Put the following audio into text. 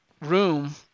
room